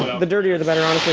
the dirtier the better, honestly.